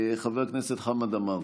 חבר הכנסת חמד עמאר.